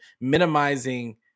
minimizing